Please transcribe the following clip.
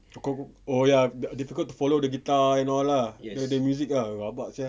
oh kau oh ya difficult to follow the guitar and all lah then the music ah rabak sia